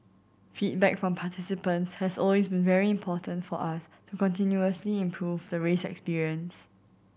feedback from participants has always been very important for us to continuously improve the race experience